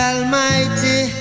Almighty